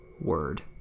word